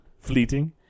Fleeting